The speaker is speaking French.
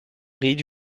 ride